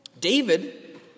David